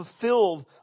fulfilled